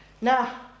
Now